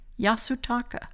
Yasutaka